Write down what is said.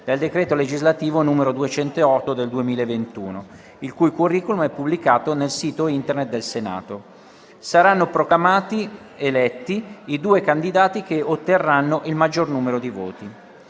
del decreto legislativo n. 208 del 2021, il cui *curriculum* è pubblicato nel sito Internet del Senato. Saranno proclamati eletti i due candidati che otterranno il maggior numero di voti.